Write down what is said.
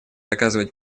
оказывать